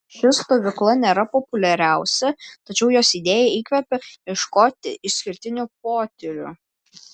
ši stovykla nėra populiariausia tačiau jos idėja įkvepia ieškoti išskirtinių potyrių